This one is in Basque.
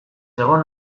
egon